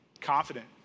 confident